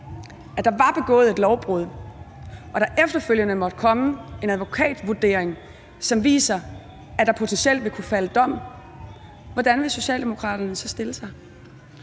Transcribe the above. at der var begået et lovbrud, og der efterfølgende måtte komme en advokatvurdering, som viser, at der potentielt vil kunne falde dom, hvordan vil Socialdemokraterne så stille sig?